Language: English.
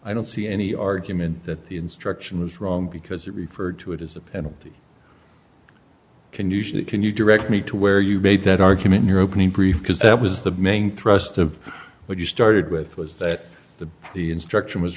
i don't see any argument that the instruction was wrong because it referred to it as a penalty can you show that can you direct me to where you made that argument in your opening brief because that was the main thrust of what you started with was that the the instruction was